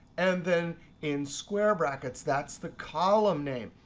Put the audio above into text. and then in square brackets, that's the column name.